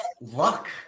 luck